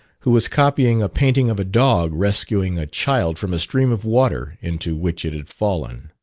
who was copying a painting of a dog rescuing a child from a stream of water into which it had fallen.